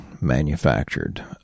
manufactured